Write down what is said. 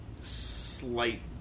slight